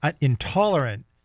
intolerant